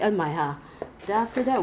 do review lor they have description [what]